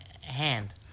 hand